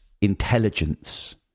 intelligence